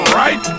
right